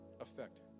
effect